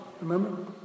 remember